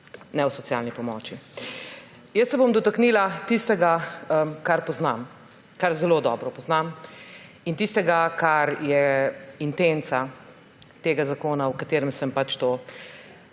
ne v socialni pomoči. Dotaknila se bom tistega, kar poznam, kar zelo dobro poznam, in tistega, kar je intenca tega zakona, v katerem sem pač to